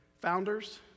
Founders